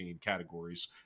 categories